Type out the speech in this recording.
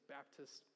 Baptist